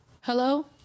Hello